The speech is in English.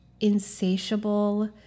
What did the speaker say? insatiable